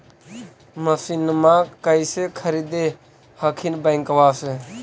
मसिनमा कैसे खरीदे हखिन बैंकबा से?